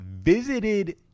visited